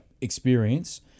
experience